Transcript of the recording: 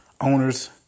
owners